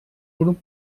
grup